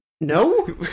No